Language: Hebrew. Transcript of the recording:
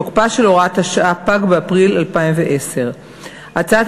תוקפה של הוראת השעה פג באפריל 2010. הצעת